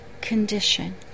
condition